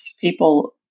people